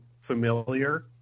familiar